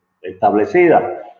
establecida